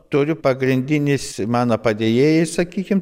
turiu pagrindinis mano padėjėjai sakykim